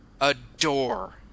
adore